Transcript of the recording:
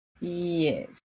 Yes